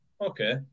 Okay